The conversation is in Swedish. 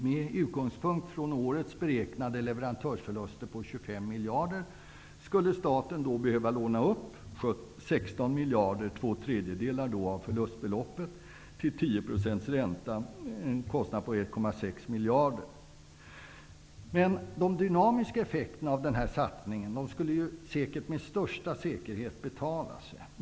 Med utgångspunkt i årets beräknade leverantörsförluster på 25 miljarder skulle staten då behöva låna upp 16 miljarder -- två tredjedelar av förlustbeloppet -- till 10 % ränta, en kostnad på 1,6 De dynamiska effekterna av den här satsningen gör att den med största säkerhet skulle betala sig.